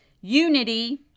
unity